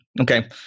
Okay